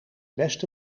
best